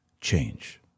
change